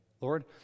Lord